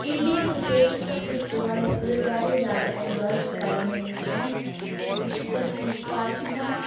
عیدالفطر چھُ سۄ فیسٹوَل یَتھ منٛز أسۍ واریاہ زیادٕ اؠنجاے چھِ کَران میٲنۍ فرٛؠنٛڈٕس أسۍ چھِ گژھان أکِس پارکہِ منٛز